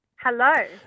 Hello